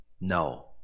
No